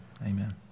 Amen